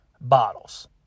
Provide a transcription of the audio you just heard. bottles